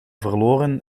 verloren